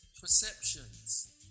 perceptions